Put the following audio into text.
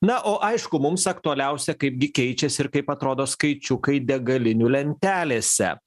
na o aišku mums aktualiausia kaip gi keičiasi ir kaip atrodo skaičiukai degalinių lentelėse